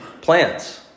plants